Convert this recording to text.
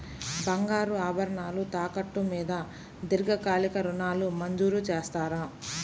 బంగారు ఆభరణాలు తాకట్టు మీద దీర్ఘకాలిక ఋణాలు మంజూరు చేస్తారా?